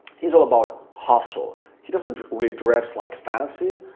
he's all about hustle. he doesn't really dress like fancy,